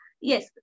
yes